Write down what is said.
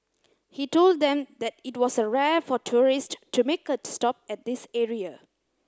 he told them that it was rare for tourist to make a stop at this area